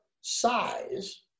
size